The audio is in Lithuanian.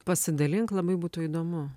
pasidalink labai būtų įdomu